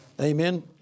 Amen